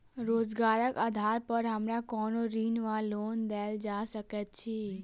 रोजगारक आधार पर हमरा कोनो ऋण वा लोन देल जा सकैत अछि?